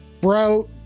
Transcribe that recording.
Bro